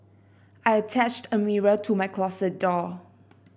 I attached a mirror to my closet door